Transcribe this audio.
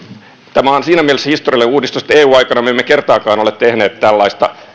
tämä on siinä mielessä historiallinen uudistus että eu aikana me emme kertaakaan ole tehneet tällaista